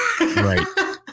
right